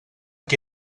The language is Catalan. qui